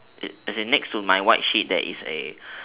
as in next to my white sheet there is a